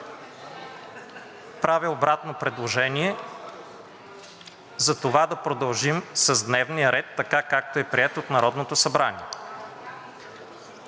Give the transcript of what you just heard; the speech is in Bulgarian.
Правя обратно предложение за това да продължим с дневния ред така, както е приет от Народното събрание.